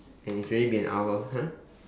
and it's already been an hour !huh!